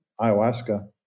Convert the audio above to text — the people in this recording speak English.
ayahuasca